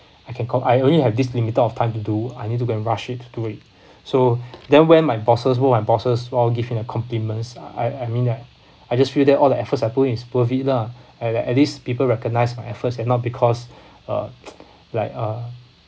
I can go I only have this limited of time to do I need to go and rush it to it so then when my bosses all my bosses all give me the compliments I I admit that I just feel that all the efforts I put in is worth it lah at le~ at least people recognise my efforts and not because uh like uh